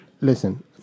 listen